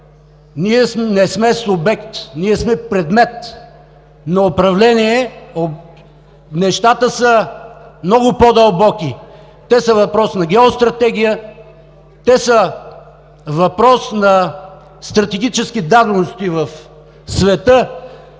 ние не сме субект, ние сме предмет на управление, нещата са много по-дълбоки, те са въпрос на геостратегия, те са въпрос на стратегически дадености в света,